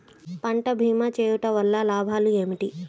పంట భీమా చేయుటవల్ల లాభాలు ఏమిటి?